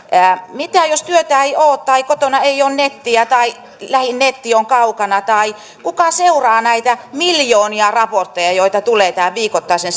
mitä jos työtä ei ole tai kotona ei ole nettiä tai lähin netti on kaukana tai kuka seuraa näitä miljoonia raportteja joita tulee tämän viikoittaisen